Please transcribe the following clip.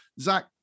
Zach